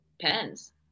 depends